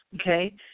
okay